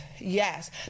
yes